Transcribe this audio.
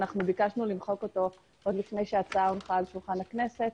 ביקשנו למחוק אותו עוד לפני שההצעה הונחה על שולחן הכנסת.